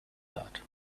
that